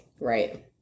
Right